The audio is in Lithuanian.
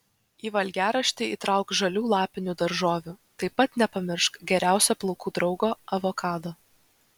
į valgiaraštį įtrauk žalių lapinių daržovių taip pat nepamiršk geriausio plaukų draugo avokado